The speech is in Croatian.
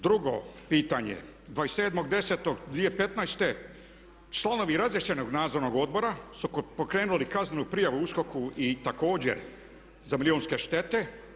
Drugo pitanje 27. 10. 2016. članovi razriješenog Nadzornog odbora su pokrenuli kaznenu prijavu USKOK-u i također za milijunske štete.